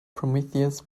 prometheus